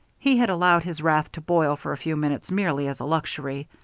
he had allowed his wrath to boil for a few minutes merely as a luxury.